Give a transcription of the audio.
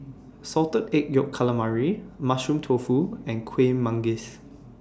Salted Egg Yolk Calamari Mushroom Tofu and Kueh Manggis